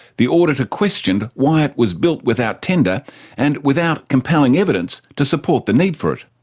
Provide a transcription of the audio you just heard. the auditor questioned why it was built without tender and without compelling evidence to support the need for it.